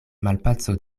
malpaco